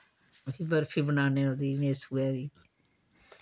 बर्फी बनाने ओह्दी मेसुए दी